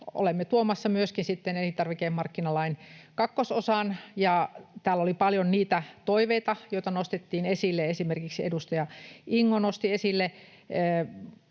olemme tuomassa myöskin elintarvikemarkkinalain kakkososan. Täällä oli paljon toiveita, joita nostettiin esille. Esimerkiksi edustaja Ingo nosti esille,